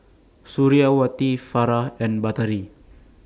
Suriawati Farah and Batari